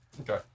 Okay